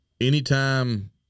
anytime